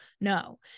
no